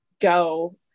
go